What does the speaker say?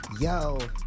Yo